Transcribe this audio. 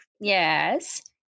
Yes